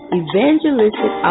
evangelistic